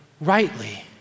rightly